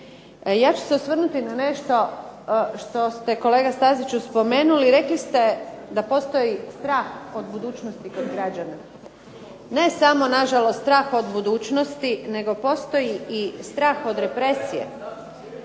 ja ću se osvrnuti na nešto što ste kolega Staziću spomenuli. Rekli ste da postoji strah od budućnosti kod građana. Ne samo, nažalost, strah od budućnosti nego postoji i strah od represije.